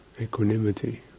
equanimity